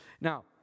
Now